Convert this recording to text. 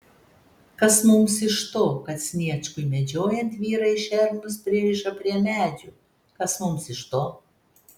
kas mums iš to kad sniečkui medžiojant vyrai šernus pririša prie medžių kas mums iš to